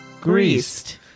greased